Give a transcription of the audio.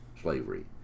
slavery